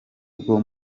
rwo